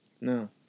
No